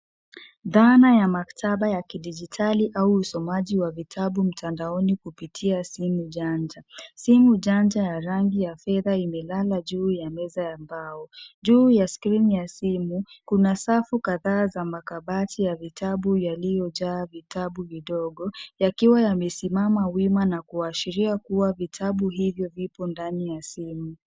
Dhana ya maktaba ya kidijitali au usomaji wa vitabu mtandaoni kupitia simu janja. Simu janja ya rangi ya fedha imelala juu ya meza ya mbao. Juu ya skrini ya simu kuna safu kadhaa za makabati ya vitabu yaliyojaa vitabu vidogo, yakiwa yamesimama wima na kuashiria kuwa vitabu hivyo vipo ndani ya simu.